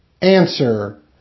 Answer